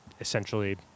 essentially